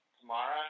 tomorrow